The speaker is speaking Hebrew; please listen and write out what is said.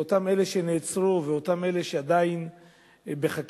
שאותם אלה שנעצרו ואותם אלה שעדיין בחקירה,